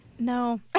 No